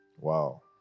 Wow